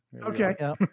Okay